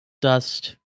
dust